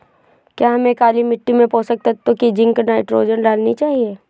क्या हमें काली मिट्टी में पोषक तत्व की जिंक नाइट्रोजन डालनी चाहिए?